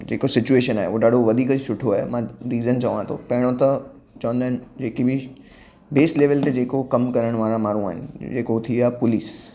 जेको सिचुएशन आहे उहो ॾाढो वधीक ई सुठो आहे मां रीज़न चवां थो पहिरियों त चवंदा आहिनि जेकी बि बेस लेवल ते जेको कमु करणु वारा माण्हू आहिनि जेको थी विया पुलिस